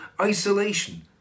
isolation